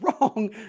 wrong